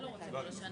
מי נגד?